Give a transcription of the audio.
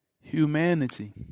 humanity